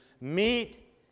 meet